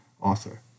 author